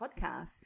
podcast